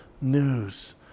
news